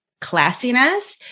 classiness